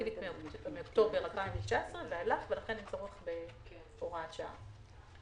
רטרואקטיבית מאוקטובר 2019 ולכן אין צורך בהוראת שעה.